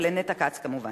ולנטע כץ כמובן.